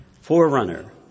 Forerunner